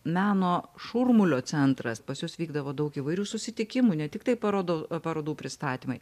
meno šurmulio centras pas jus vykdavo daug įvairių susitikimų ne tiktai parodų parodų pristatymai